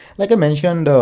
like i mentioned,